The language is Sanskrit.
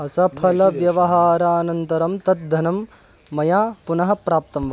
असफलव्यवहारानन्तरं तद्धनं मया पुनः प्राप्तं वा